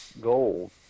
gold